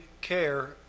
care